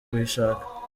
kuyishaka